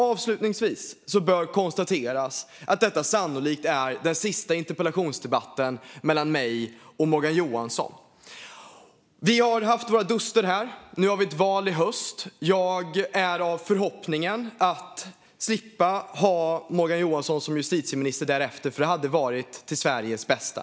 Avslutningsvis bör det konstateras att detta sannolikt är den sista interpellationsdebatten mellan mig och Morgan Johansson. Vi har haft våra duster här. Nu har vi ett val i höst. Jag är av förhoppningen att vi därefter ska slippa ha Morgan Johansson som justitieminister. Det skulle vara för Sveriges bästa.